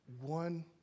one